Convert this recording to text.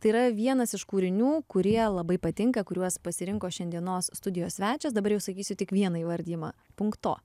tai yra vienas iš kūrinių kurie labai patinka kuriuos pasirinko šiandienos studijos svečias dabar jau sakysiu tik vieną įvardijimą punkto